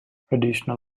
additional